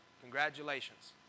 Congratulations